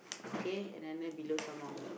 okay and then then below some more